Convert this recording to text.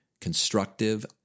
constructive